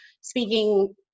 speaking